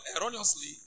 erroneously